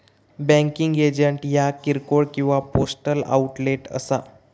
banking agent ह्या किरकोळ किंवा पोस्टल आउटलेट असा